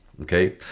Okay